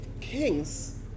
kings